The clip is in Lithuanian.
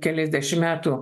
keliasdešim metų